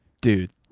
Dude